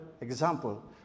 example